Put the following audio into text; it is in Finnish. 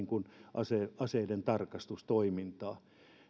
aseiden aseiden tarkastustoimintaa